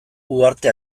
uharte